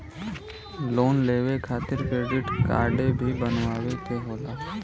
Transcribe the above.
Loan लेवे खातिर credit काडे भी बनवावे के होला?